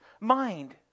mind